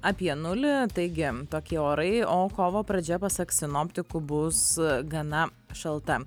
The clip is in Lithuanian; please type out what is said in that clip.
apie nulį taigi tokie orai o kovo pradžia pasak sinoptikų bus gana šalta